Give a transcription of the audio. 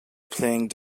playing